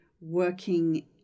working